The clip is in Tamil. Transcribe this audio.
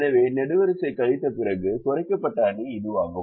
எனவே நெடுவரிசை கழித்த பிறகு குறைக்கப்பட்ட அணி இதுவாகும்